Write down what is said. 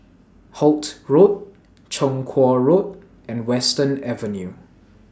Holt Road Chong Kuo Road and Western Avenue